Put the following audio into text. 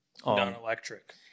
Non-electric